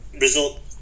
result